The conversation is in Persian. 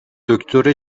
دکتر